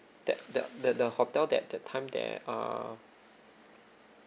that that that the hotel that that time there err